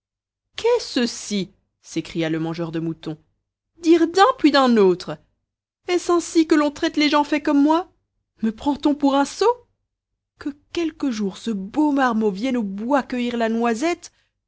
qu'est ceci s'écria le mangeur de moutons dire d'un puis d'un autre est-ce ainsi que l'on traite les gens faits comme moi me prend-on pour un sot que quelque jour ce beau marmot vienne au bois cueillir la noisette